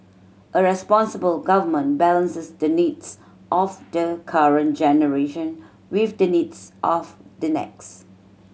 a responsible government balances the needs of the current generation with the needs of the next